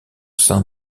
sein